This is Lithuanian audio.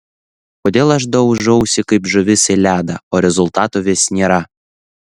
kodėl aš daužausi kaip žuvis į ledą o rezultato vis nėra